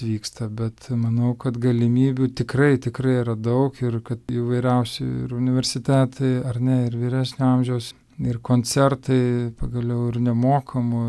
vyksta bet manau kad galimybių tikrai tikrai yra daug ir kad įvairiausi ir universitetai ar ne ir vyresnio amžiaus ir koncertai pagaliau ir nemokamų